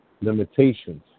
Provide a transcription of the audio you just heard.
limitations